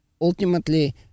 ultimately